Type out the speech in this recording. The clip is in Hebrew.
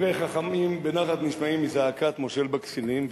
"דברי חכמים בנחת נשמעים מזעקת מושל בכסילים",